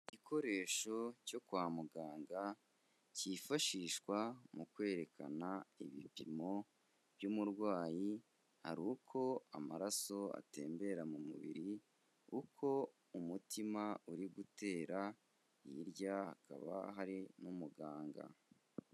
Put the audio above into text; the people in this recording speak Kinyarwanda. Igikoresho cyo kwa muganga cyifashishwa mu kwerekana ibipimo by'umurwayi ari uko amaraso atembera mu mubiri, uko umutima uri gutera, hirya hakaba hari n'umuganga.